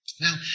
Now